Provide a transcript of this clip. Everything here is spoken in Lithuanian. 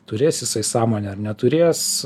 turės jisai sąmonę ar neturės